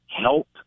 help